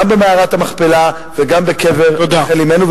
גם במערת המכפלה וגם בקבר רחל אמנו,